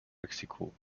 mexiko